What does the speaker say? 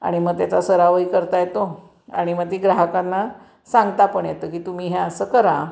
आणि मग त्याचा सरावही करता येतो आणि मग ती ग्राहकांना सांगता पण येतं की तुम्ही हे असं करा